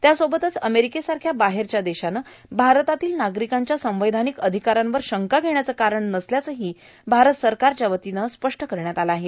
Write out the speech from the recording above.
त्यासोबतच अमेरिकेसारख्या बाहेरच्या देशानं भारतातील नागरिकांच्या संवैधानिक अधिकारावर शंका घेण्याचं कारण नसल्याचंही भारत सरकारच्या वतीनं स्पष्ट करण्यात आलं आहे